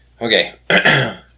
Okay